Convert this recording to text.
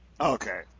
Okay